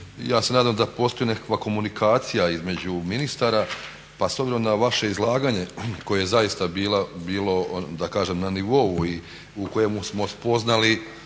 ja se nadam da postoji nekakva komunikacija između ministara pa s obzirom na vaše izlaganje koje je zaista bilo na nivou i u kojemu smo spoznali